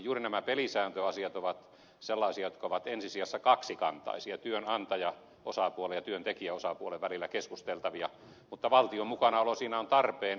juuri nämä pelisääntöasiat ovat sellaisia jotka ovat ensisijassa kaksikantaisia työnantajaosapuolen ja työntekijäosapuolen välillä keskusteltavia mutta valtion mukanaolo siinä on tarpeen